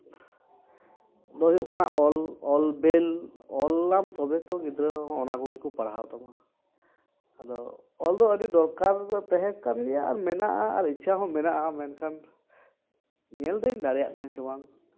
ᱫᱚ ᱦᱩᱭᱩᱜ ᱠᱟᱱᱟ ᱚᱞ ᱚᱞ ᱵᱮᱞ ᱟᱞᱟᱢ ᱛᱚᱵᱮ ᱛᱚ ᱜᱤᱫᱽᱨᱟᱹ ᱦᱚᱸ ᱚᱱᱟ ᱠᱚᱜᱮ ᱠᱚ ᱯᱟᱲᱦᱟᱣ ᱛᱟᱢᱟ ᱟᱫᱚ ᱚᱞ ᱫᱚ ᱟᱹᱰᱤ ᱫᱚᱨᱠᱟᱨ ᱫᱚ ᱛᱮᱦᱮ ᱠᱟᱱ ᱜᱮᱭᱟ ᱟᱨ ᱢᱮᱱᱟᱜᱼᱟ ᱤᱪᱪᱷᱟ ᱦᱚᱸ ᱢᱮᱱᱟᱜᱼᱟ ᱢᱮᱱᱠᱷᱟᱱ ᱧᱮᱞᱫᱟᱹᱧ ᱫᱟᱲᱮᱭᱟᱜ ᱠᱟᱹᱱᱟᱹᱧ ᱥᱮ ᱵᱟᱝ